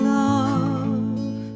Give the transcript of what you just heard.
love